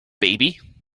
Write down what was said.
baby